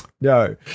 No